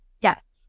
Yes